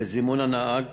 לזימון הנהג